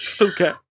Okay